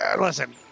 listen